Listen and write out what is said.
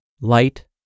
light